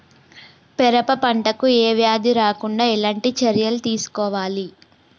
పెరప పంట కు ఏ వ్యాధి రాకుండా ఎలాంటి చర్యలు తీసుకోవాలి?